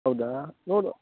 ಹೌದಾ ನೋಡುವ